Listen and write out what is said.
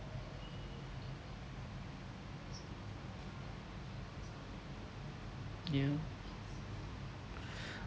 yeah